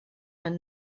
are